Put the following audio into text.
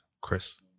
Chris